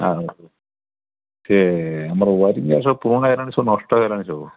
ଆ ସେ ଆମର ୱାୟାରିଙ୍ଗ ଗୁଡ଼ା ସବୁ ପୁରୁଣା ହେଇଗଲାଣି ସବୁ ନଷ୍ଟ ହେଲାଣି ସବୁ